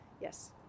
yes